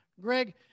Greg